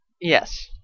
Yes